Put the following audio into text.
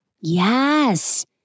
Yes